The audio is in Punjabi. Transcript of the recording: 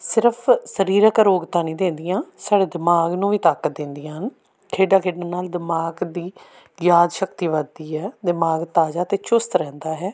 ਸਿਰਫ਼ ਸਰੀਰਕ ਅਰੋਗਤਾ ਨਹੀਂ ਦਿੰਦੀਆਂ ਸਾਡੇ ਦਿਮਾਗ ਨੂੰ ਵੀ ਤਾਕਤ ਦਿੰਦੀਆਂ ਹਨ ਖੇਡਾਂ ਖੇਡਣ ਨਾਲ ਦਿਮਾਗ ਦੀ ਯਾਦ ਸ਼ਕਤੀ ਵੱਧਦੀ ਹੈ ਦਿਮਾਗ ਤਾਜ਼ਾ ਅਤੇ ਚੁਸਤ ਰਹਿੰਦਾ ਹੈ